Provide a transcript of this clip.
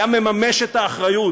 היה מממש את האחריות,